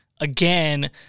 again